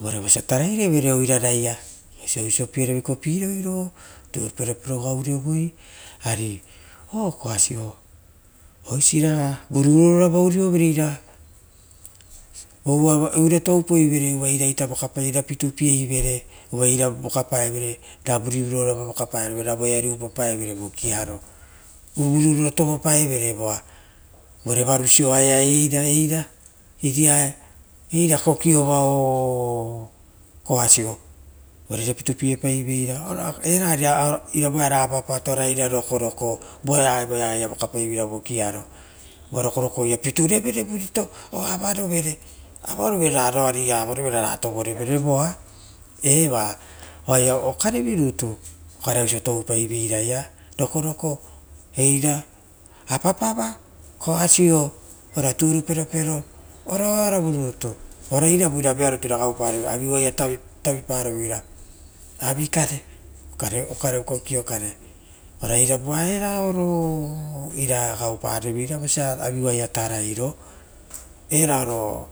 uva vosia taraierevere oiraraia oisio ro kopiroi ra turuperopero gaurevoi urio koasio eria vuri uraura rova urovere era ovaita oirato upoivere evoa, ira ita pitupie ivere uvaeira vokapae vere ra vari uraurao va voka paevere ravururuaura rova vokapae vere ra voeari ita upopaevere vokiaro vuri uraura oo tovo paevere evo varu sova raia eiria eira kokiova koasiu uvare oira pitupiepaivera ora era apapato ora eira rokoroko uva evoa. Evoa oaea vokapaiveira vokiaro uva rokorokoia piturevere vurito raroa ri eiare avaovere, oo avarovere ra roa ri ra rera tovorevere evo eva oaia okare rou rutu okarea oisio toupaivera oisia rokoro ora eira apapava, koasio ora turuperopero ora oarava rutu ora iruava vearoto era aviuaua tavi paroveira avikare vokare kokiokare ora iravua era avoro ira gaupareveira vosia aviuaia tarairo era ro.